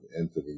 entity